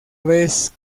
vez